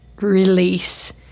release